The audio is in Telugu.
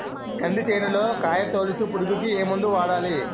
కంది చేనులో కాయతోలుచు పురుగుకి ఏ మందు వాడాలి?